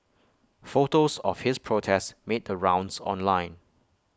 photos of his protest made the rounds online